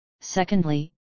secondly